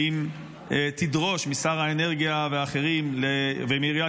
האם תדרוש משר האנרגיה והאחרים ומעיריית